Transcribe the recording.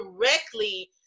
directly